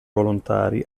volontari